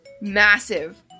massive